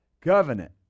covenant